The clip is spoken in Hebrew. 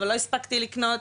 אבל לא הספקתי לקנות,